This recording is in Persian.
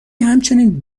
همچنین